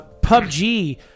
PUBG